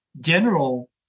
general